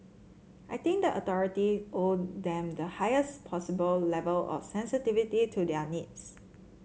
I think the authority owe them the higher possible level of sensitivity to their needs